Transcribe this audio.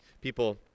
People